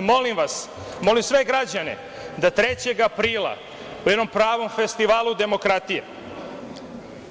Molim vas, molim sve građane da 3. aprila, na jednom pravom festivalu demokratije,